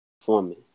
performing